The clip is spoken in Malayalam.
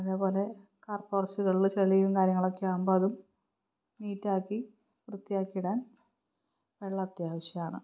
അതേപോലെ കാർ പോര്ച്ചുകളില് ചെളിയും കാര്യങ്ങളുമൊക്കെയാകുമ്പോള് അതും നീറ്റാക്കി വൃത്തിയാക്കിയിടാൻ വെള്ളം അത്യാവശ്യമാണ്